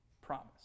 promise